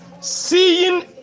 Seeing